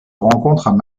rencontrent